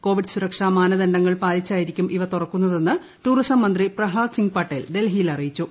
Covid സുരക്ഷാ മാനദണ്ഡങ്ങ് പാലിച്ചായിരിക്കും ഇവ തുറക്കുന്നതെന്ന് ടൂറിസം മിന്തിട് പ്രഹ്ലാദ് സിംഗ് പട്ടേൽ ഡൽഹിയിൽ അറിയിച്ചു